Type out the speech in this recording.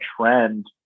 trend